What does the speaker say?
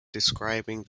describing